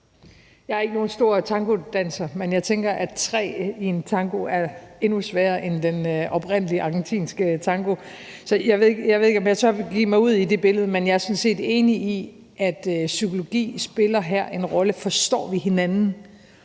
Jeg er ikke nogen stor tangodanser, men jeg tænker, at tre i en tango er endnu sværere end den oprindelige argentinske tango, så jeg ved ikke, om jeg tør begive mig ud i det billede. Men jeg er sådan set enig i, at psykologi her spiller en rolle. Forstår vi hinanden?